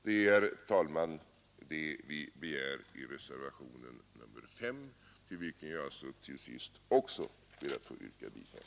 Det är, herr talman, det vi begär i reservationen S§, till vilken jag alltså till sist också ber att få yrka bifall.